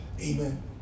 Amen